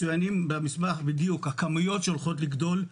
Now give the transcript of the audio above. מצוינות הכמויות שהולכות לגדול,